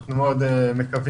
אם הם ייסגרו אנחנו נהיה